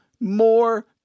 more